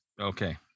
okay